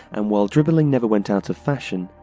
and while dribbling never went out of fashion,